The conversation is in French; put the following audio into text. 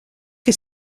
que